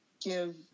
give